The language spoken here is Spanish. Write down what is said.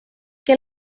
que